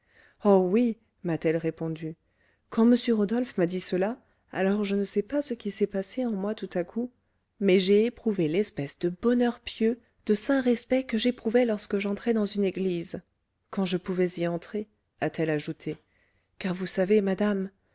oh oui m'a-t-elle répondu quand m rodolphe m'a dit cela alors je ne sais ce qui s'est passé en moi tout à coup mais j'ai éprouvé l'espèce de bonheur pieux de saint respect que j'éprouvais lorsque j'entrais dans une église quand je pouvais y entrer a-t-elle ajouté car vous savez madame